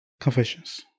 Confessions